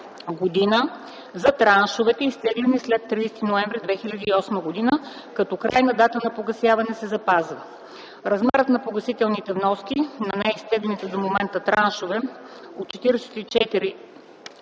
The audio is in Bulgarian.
г. за траншовете, изтеглени след 30 ноември 2008 г., като крайна дата за погасяване се запазва. Размерът на погасителните вноски на неизтеглените до момента траншове от 44